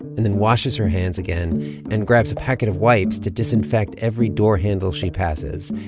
and then washes her hands again and grabs a packet of wipes to disinfect every door handle she passes.